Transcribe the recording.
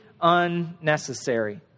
unnecessary